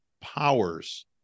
powers